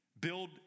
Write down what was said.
build